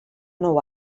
nou